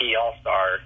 all-star